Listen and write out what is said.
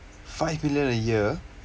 five million a year